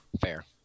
Fair